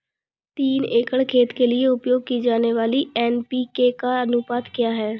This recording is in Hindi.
तीन एकड़ खेत के लिए उपयोग की जाने वाली एन.पी.के का अनुपात क्या है?